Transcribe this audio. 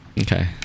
Okay